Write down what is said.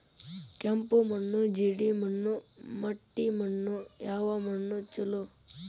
ಕೆಂಪು ಮಣ್ಣು, ಜೇಡಿ ಮಣ್ಣು, ಮಟ್ಟಿ ಮಣ್ಣ ಯಾವ ಮಣ್ಣ ಛಲೋ?